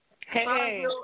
Hey